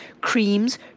creams